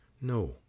No